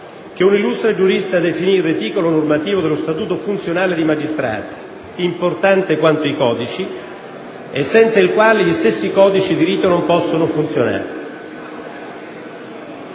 che un illustre giurista definì «il reticolo normativo dello statuto funzionale dei magistrati, importante quanto i codici e senza il quale gli stessi codici di rito non possono funzionare».